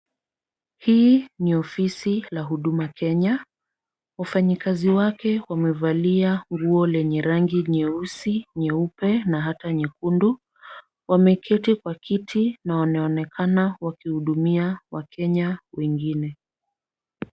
Hii ni ofisi la huduma Kenya, wafanyikazi wake wamevalia nguo lenye rangi nyeusi, nyeupe na hata nyekundu. Wameketi kwa kiti na wanaonekana wakihudumia wakenya wengine.